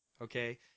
Okay